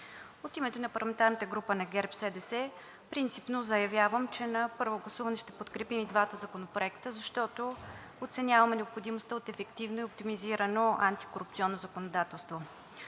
От името на парламентарната група ГЕРБ-СДС принципно заявявам, че на първо гласуване ще подкрепим и двата законопроекта, защото оценяваме необходимостта от ефективно и оптимизирано антикорупционно законодателство.